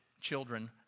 children